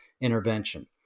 intervention